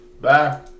Bye